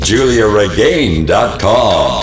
JuliaRegain.com